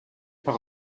par